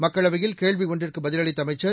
மக்களவையில் கேள்வி ஒன்றுக்கு பதிலளித்த அமைச்சர்